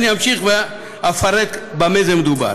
אמשיך ואפרט במה מדובר.